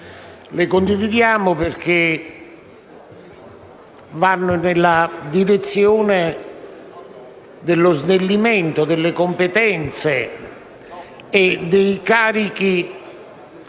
del Governo, che vanno nella direzione dello snellimento delle competenze e dei carichi